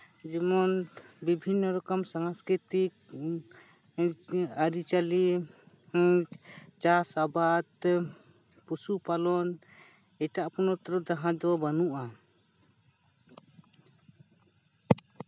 ᱡᱮᱢᱚᱱ ᱵᱤᱵᱷᱤᱱᱱᱚ ᱨᱚᱠᱚᱢ ᱥᱟᱝᱥᱠᱨᱤᱛᱤᱠ ᱮᱸ ᱟᱨᱤᱪᱟᱞᱤ ᱪᱟᱥᱟᱵᱟᱫ ᱯᱚᱥᱩᱯᱟᱞᱚᱱ ᱮᱴᱟᱜ ᱯᱚᱱᱚᱛ ᱨᱮ ᱡᱟᱦᱟᱸ ᱫᱚ ᱵᱟᱹᱱᱩᱜᱼᱟ